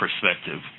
perspective